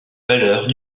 valeurs